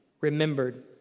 remembered